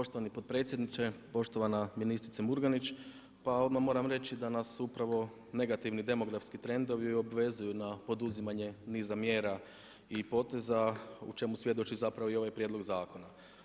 Poštovani potpredsjedniče, poštovana ministrica Murganić, pa odmah moram reći da nas upravo negativni demografski trendovi obvezuju na poduzimanje niza mjera i poteza o čemu svjedoči zapravo, ovaj prijedlog zakona.